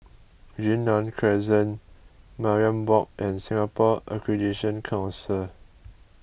Yunnan Crescent Mariam Walk and Singapore Accreditation Council